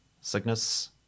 Cygnus